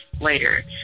later